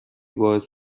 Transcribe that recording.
باعث